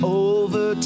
over